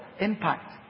impact